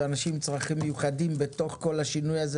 לאנשים עם צרכים מיוחדים בתוך כל השינוי הזה,